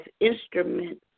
instruments